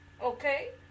Okay